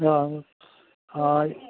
अँ अँ